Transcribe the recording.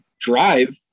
drive